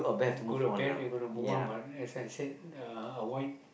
go to band you have to move on but as I said uh avoid